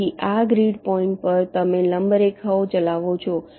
તેથી આ grid points પર તમે લંબ રેખાઓ ચલાવો છો